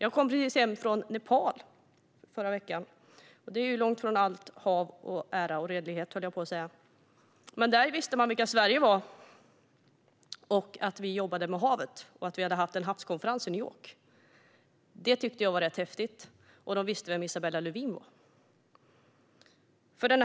Jag kom just hem från Nepal, och trots att det ligger långt från havet visste de att Sverige jobbar med havsfrågor och att vi har haft en havskonferens i New York. Det var rätt häftigt. De kände också till Isabella Lövin.